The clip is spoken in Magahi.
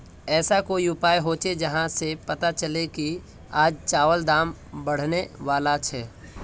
ऐसा कोई उपाय होचे जहा से पता चले की आज चावल दाम बढ़ने बला छे?